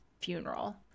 funeral